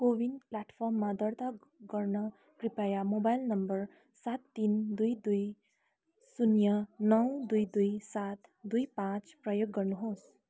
को विन प्लेटफर्ममा दर्ता गर्न कृपया मोबाइल नम्बर सात तिन दुई दुई शून्य नौ दुई दुई सात दुई पाँच प्रयोग गर्नुहोस्